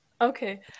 Okay